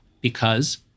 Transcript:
because-